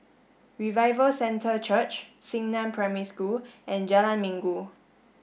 Revival Centre Church Xingnan Primary School and Jalan Minggu